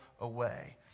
away